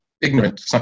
ignorant